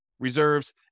Reserves